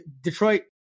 Detroit